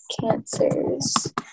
cancer's